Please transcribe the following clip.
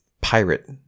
pirate